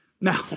Now